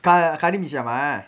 ka~ kari mee siam ah